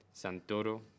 Santoro